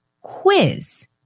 quiz